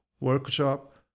workshop